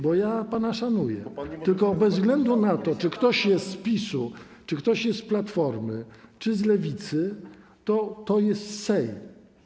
Bo ja pana szanuję, tylko bez względu na to, czy ktoś jest z PiS-u, czy ktoś jest z Platformy, czy z Lewicy, to jest Sejm.